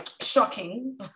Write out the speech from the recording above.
shocking